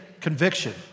conviction